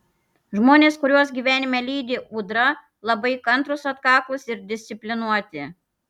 žmonės kuriuos gyvenime lydi ūdra labai kantrūs atkaklūs ir disciplinuoti